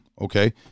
okay